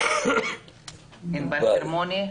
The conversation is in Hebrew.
ענבל חרמוני.